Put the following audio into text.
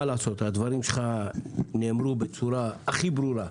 מה לעשות, הדברים שלך נאמרו בצורה הכי ברורה.